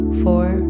four